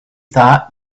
thought